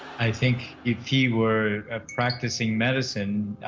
i think if he were practicing medicine,